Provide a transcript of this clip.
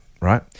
right